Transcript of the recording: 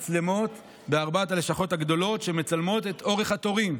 בארבע הלשכות הגדולות יש מצלמות שמצלמות את אורך התורים.